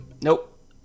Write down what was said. Nope